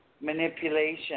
manipulation